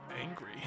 angry